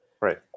Right